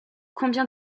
combien